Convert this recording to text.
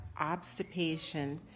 obstipation